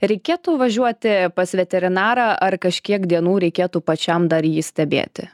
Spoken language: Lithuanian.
reikėtų važiuoti pas veterinarą ar kažkiek dienų reikėtų pačiam dar jį stebėti